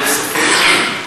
ללא ספק,